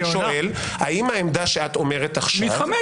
האם העמדה שאת אומרת עכשיו,